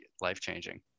life-changing